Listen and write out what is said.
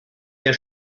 der